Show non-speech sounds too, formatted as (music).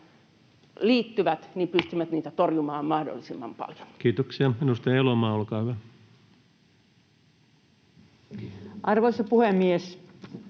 liittyvät, (noise) torjumaan mahdollisimman paljon. Kiitoksia. — Edustaja Elomaa, olkaa hyvä. Arvoisa puhemies!